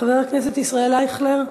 חבר הכנסת ישראל אייכלר.